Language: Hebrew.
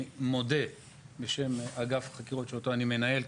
אני מודה בשם אגף החקירות שאותו אני מנהל,